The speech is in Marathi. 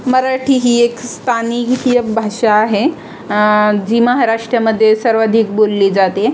मराठी ही एक स्थानिकीय भाषा आहे जी महाराष्ट्रामध्ये सर्वाधिक बोलली जाते